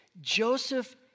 Joseph